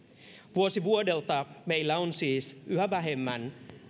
vuosi vuodelta meillä on siis yhä vähemmän